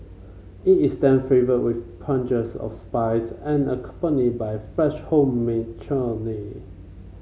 it is then flavoured with punches of spice and accompanied by fresh homemade chutney